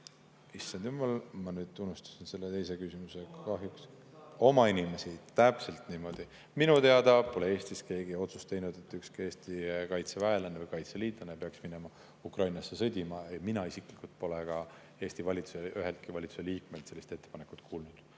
jummal, ma nüüd unustasin selle teise küsimuse kahjuks … (Hääl saalist.) Oma inimesi. Täpselt niimoodi. Minu teada pole Eestis keegi otsust teinud, et ükski Eesti kaitseväelane või kaitseliitlane peaks minema Ukrainasse sõdima. Mina isiklikult pole ka üheltki Eesti valitsuse liikmelt sellist ettepanekut kuulnud.